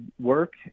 work